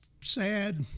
sad